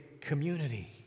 community